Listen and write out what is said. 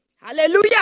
Hallelujah